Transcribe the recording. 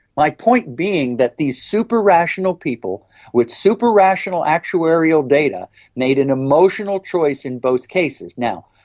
my point being that these super-rational people with super-rational actuarial data made an emotional choice in both cases. now,